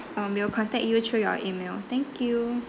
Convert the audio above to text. um we'll contact you through your email thank you